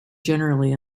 generally